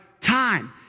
Time